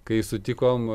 kai sutikom